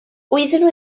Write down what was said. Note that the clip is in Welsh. wyddwn